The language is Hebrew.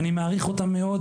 ואני מעריך אותם מאוד,